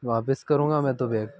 वापिस करूँगा मैं तो बैग